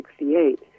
1968